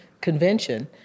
convention